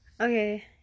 okay